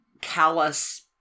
callous